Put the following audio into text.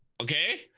okay,